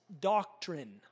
doctrine